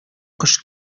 кош